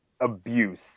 abuse